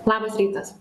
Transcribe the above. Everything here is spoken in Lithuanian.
labas rytas